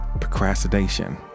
procrastination